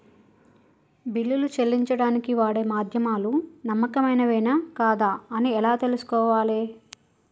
బిల్లులు చెల్లించడానికి వాడే మాధ్యమాలు నమ్మకమైనవేనా కాదా అని ఎలా తెలుసుకోవాలే?